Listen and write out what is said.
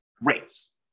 rates